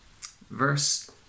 Verse